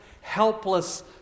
helpless